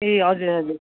ए हजुर हजुर